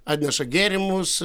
atneša gėrimus